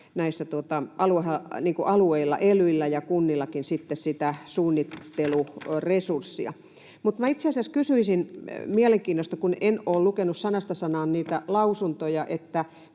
näillä alueilla, elyillä ja kunnillakin, suunnitteluresurssia. Mutta itse asiassa kysyisin mielenkiinnosta, kun en ole lukenut sanasta sanaan niitä lausuntoja, mikä